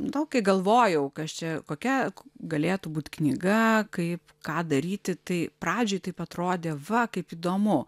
nu kai galvojau kas čia kokia galėtų būt knyga kaip ką daryti tai pradžioj taip atrodė va kaip įdomu